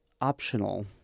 optional